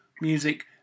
music